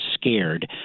scared